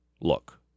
look